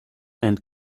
and